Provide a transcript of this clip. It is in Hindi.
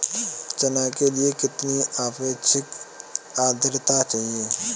चना के लिए कितनी आपेक्षिक आद्रता चाहिए?